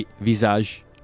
visage